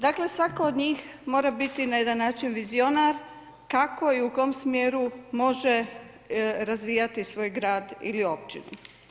Dakle svako od njih mora biti na jedan način vizionar kako i u kom smjeru može razvijati svoj grad ili općinu.